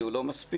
חבר הכנסת